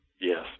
Yes